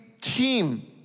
team